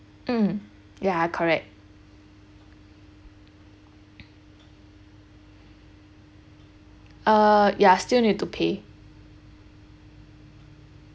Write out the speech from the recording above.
mm ya correct uh ya still need to pay